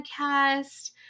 podcast